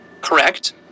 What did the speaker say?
correct